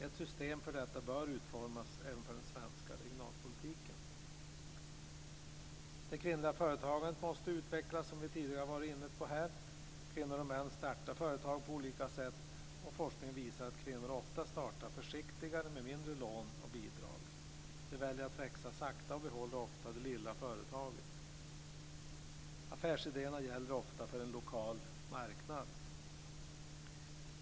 Ett system för detta bör utformas även för den svenska regionalpolitiken. Det kvinnliga företagandet måste utvecklas, som vi tidigare har varit inne på här. Kvinnor och män startar företag på olika sätt, och forskning visar att kvinnor ofta startar försiktigare och med mindre lån och bidrag. De väljer att växa sakta och behåller ofta det lilla företaget. Affärsidéerna gäller ofta för en lokal marknad.